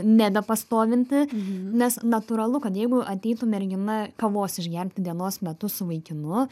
nebepastovinti nes natūralu kad jeigu ateitų mergina kavos išgerti dienos metu su vaikinu